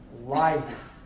life